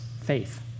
faith